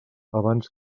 abans